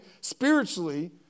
spiritually